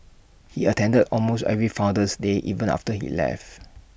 he attended almost every Founder's day even after he left